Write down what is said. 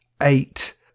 eight